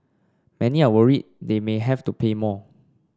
many are worried that they may have to pay more